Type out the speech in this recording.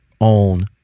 own